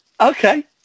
Okay